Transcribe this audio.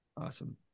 Awesome